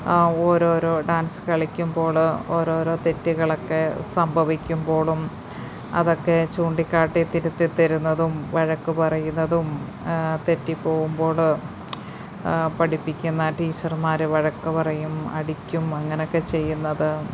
ഓരോരോ ഡാൻസ് കളിക്കുമ്പോൾ ഓരോരോ തെറ്റുകളൊക്കെ സംഭവിക്കുമ്പോളും അതൊക്കെ ചൂണ്ടിക്കാട്ടി തിരുത്തി തരുന്നതും വഴക്ക് പറയുന്നതും തെറ്റി പോവുമ്പോൾ പഠിപ്പിക്കുന്ന ടീച്ചർമാർ വഴക്ക് പറയും അടിക്കും അങ്ങനെയൊക്കെ ചെയ്യുന്നത്